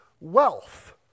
Wealth